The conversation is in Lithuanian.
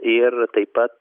ir taip pat